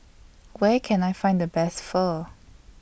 Where Can I Find The Best Pho